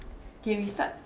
okay we start